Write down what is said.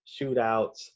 shootouts